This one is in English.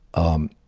um,